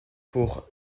pour